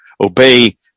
obey